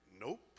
nope